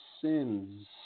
sins